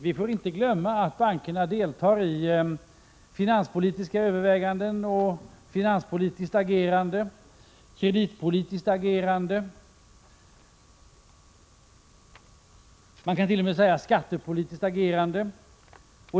Vi får inte glömma att bankerna deltar i finanspolitiska överväganden och finanspolitiskt agerande, kreditpolitiskt agerande, man kant.o.m. säga skattepolitiskt agerande.